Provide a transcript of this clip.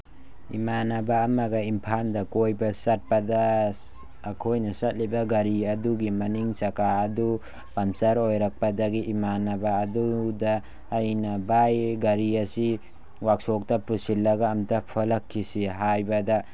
ꯏꯃꯥꯟꯅꯕ ꯑꯃꯥꯒ ꯏꯝꯐꯥꯜꯗ ꯀꯣꯏꯕ ꯆꯠꯄꯗ ꯑꯩꯈꯣꯏꯅ ꯆꯠꯂꯤꯕ ꯒꯥꯔꯤ ꯑꯗꯨꯒꯤ ꯃꯅꯤꯡ ꯆꯥꯀꯥ ꯑꯗꯨ ꯄꯝꯆꯔ ꯑꯣꯏꯔꯛꯄꯗꯒꯤ ꯏꯃꯥꯟꯅꯕ ꯑꯗꯨꯗ ꯑꯩꯅ ꯚꯥꯏ ꯒꯥꯔꯤ ꯑꯁꯤ ꯋꯥꯔꯛꯁꯣꯞꯇ ꯄꯨꯁꯤꯜꯂꯒ ꯑꯃꯇ ꯐꯣꯠꯂꯛꯈꯤꯁꯤ ꯍꯥꯏꯕꯗ